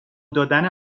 دادن